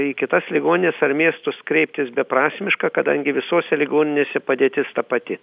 į kitas ligonines ar miestus kreiptis beprasmiška kadangi visose ligoninėse padėtis ta pati